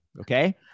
okay